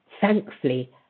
thankfully